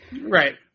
Right